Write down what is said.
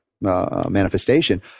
manifestation